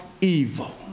evil